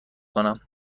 کنم